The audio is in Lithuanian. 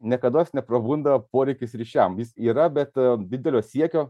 niekados neprabunda poreikis ryšiam jis yra bet didelio siekio